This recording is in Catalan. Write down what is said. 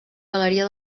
galeria